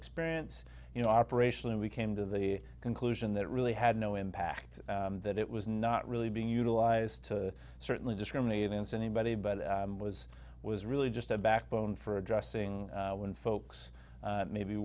experience you know operational and we came to the conclusion that really had no impact that it was not really being utilized to certainly discriminate against anybody but was was really just a backbone for addressing when folks maybe